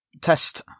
test